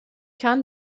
kann